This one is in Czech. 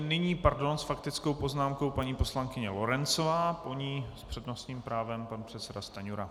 Nyní, pardon, s faktickou poznámkou paní poslankyně Lorencová, po ní s přednostním právem pan předseda Stanjura.